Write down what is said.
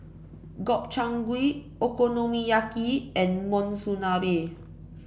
Gobchang Gui Okonomiyaki and Monsunabe